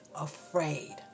afraid